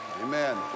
Amen